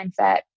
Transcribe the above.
mindset